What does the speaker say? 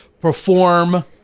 perform